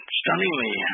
stunningly